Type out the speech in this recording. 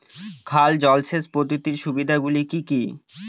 খাল জলসেচ পদ্ধতির সুবিধাগুলি কি কি?